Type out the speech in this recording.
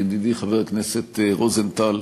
ידידי חבר הכנסת רוזנטל,